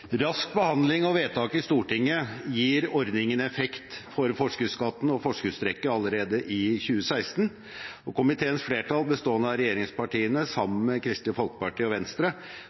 Rask behandling og vedtak i Stortinget gir ordningen effekt for forskuddsskatten og forskuddstrekket allerede i 2016. Komiteens flertall, bestående av regjeringspartiene sammen med Kristelig Folkeparti og Venstre,